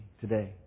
today